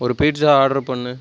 ஒரு pizza order பண்ணு